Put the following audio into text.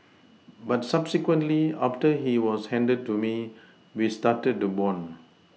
but subsequently after he was handed to me we started to bond